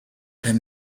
him